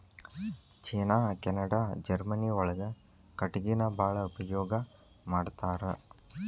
ಚೇನಾ Canada Germany ಒಳಗ ಕಟಗಿನ ಬಾಳ ಉಪಯೋಗಾ ಮಾಡತಾರ